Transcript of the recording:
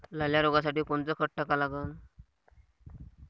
लाल्या रोगासाठी कोनचं खत टाका लागन?